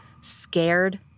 scared